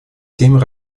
семь